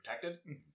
protected